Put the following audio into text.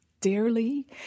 dearly